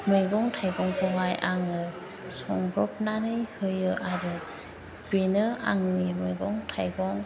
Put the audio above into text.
मैगं थाइगंखौहाय आङो संब्रबनानै होयो आरो बेनो आंनि मैगं थाइगं